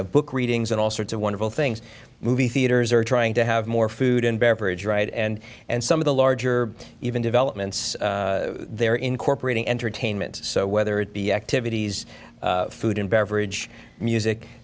have book readings and all sorts of wonderful things movie theaters are trying to have more food and beverage right and and some of the larger even developments there incorporating entertainment so whether it be activities food and beverage music